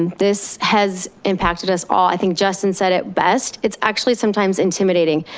and this has impacted us all, i think justin said it best, it's actually sometimes intimidating.